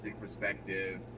perspective